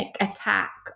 attack